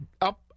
up